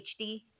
HD